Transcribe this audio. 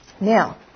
Now